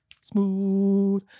Smooth